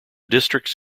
districts